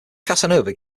casanova